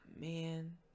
man